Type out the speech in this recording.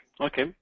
okay